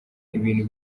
ibintu